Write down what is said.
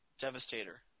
devastator